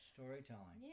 Storytelling